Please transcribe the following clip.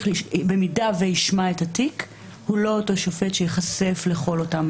במידה והשופט ישמע את התיק הוא לא אותו שופט שייחשף לכל אותם